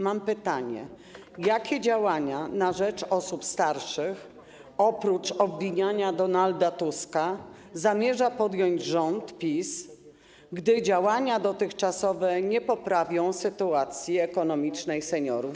Mam pytanie: Jakie działania na rzecz osób starszych oprócz obwiniania Donalda Tuska zamierza podjąć rząd PiS, gdy działania dotychczasowe nie poprawią sytuacji ekonomicznej seniorów?